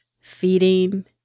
feeding